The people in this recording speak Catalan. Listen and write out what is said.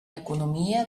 economia